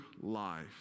life